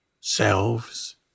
selves